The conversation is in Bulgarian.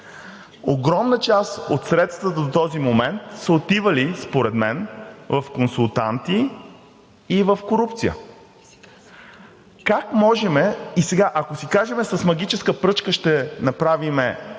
Огромна част от средствата до този момент са отивали според мен в консултанти и в корупция. И сега, ако си кажем: с магическа пръчка ще направим